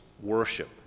worship